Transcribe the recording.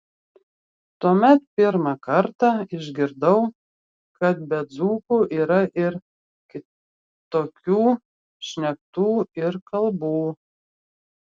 tuomet pirmą kartą išgirdau kad be dzūkų yra ir kitokių šnektų ir kalbų